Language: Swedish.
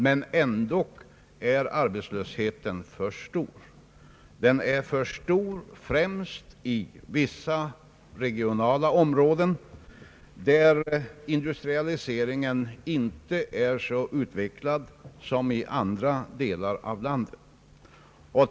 Men ändå är arbetslösheten för stor, främst i vissa regionala områden där industrialiseringen inte är så utvecklad som i andra delar av landet.